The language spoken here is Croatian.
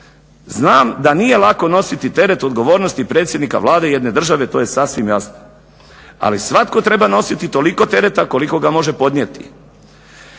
Znam da nije lako nositi teret odgovornosti predsjednika Vlade jedne države, to je sasvim jasno, ali svatko treba nositi toliko tereta koliko ga može podnijeti.